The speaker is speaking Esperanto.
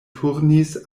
turnis